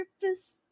purpose